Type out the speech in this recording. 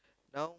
now